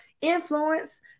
influence